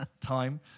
time